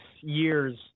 years